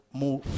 move